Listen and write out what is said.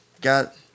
Got